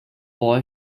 boy